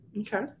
Okay